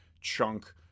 chunk